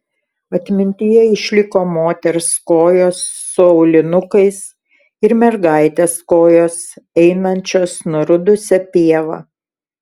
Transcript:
atmintyje išliko moters kojos su aulinukais ir mergaitės kojos einančios nurudusia pieva